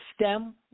stem